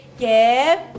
give